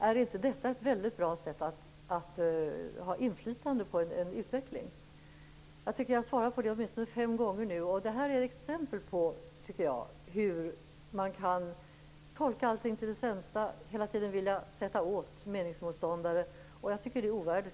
Är inte det ett väldigt bra sätt att ha inflytande över en utveckling? Jag tycker att jag har svarat åtminstone fem gånger nu, och det här är exempel på, tycker jag, hur man kan tolka allt till det sämsta och hela tiden vilja sätta åt meningsmotståndare. Jag tycker att det är ovärdigt